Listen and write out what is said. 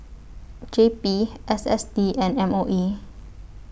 J B S S T and M O E